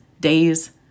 days